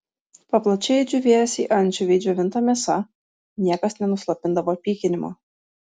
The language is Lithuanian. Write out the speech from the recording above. papločiai džiūvėsiai ančiuviai džiovinta mėsa niekas nenuslopindavo pykinimo